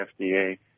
FDA